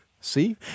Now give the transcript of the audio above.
See